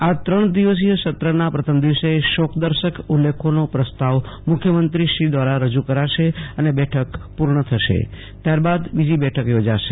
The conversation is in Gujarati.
આ ત્રણ દિવસીય સત્રના પ્રથમ દિવસે શોકદર્શક ઉલ્લેખનો પ્રસ્તાવ મુખ્યમંત્રી દ્વારા રજૂ કરાશે અને બેઠક પૂર્ણ થશે ત્યારબાદ બીજી બેઠક મળશે